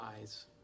eyes